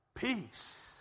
Peace